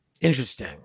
interesting